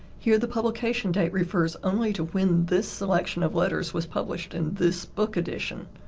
here the publication date refers only to when this selection of letters was published in this book edition.